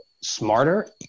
smarter